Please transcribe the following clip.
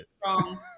strong